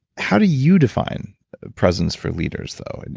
how do you define presence for leaders though? and